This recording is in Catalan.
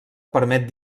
permet